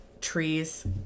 trees